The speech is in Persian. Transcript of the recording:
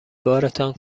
بارتان